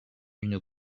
une